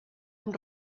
amb